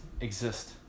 exist